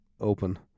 open